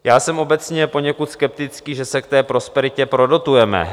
Já jsem obecně poněkud skeptický, že se k té prosperitě prodotujeme.